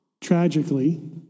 Tragically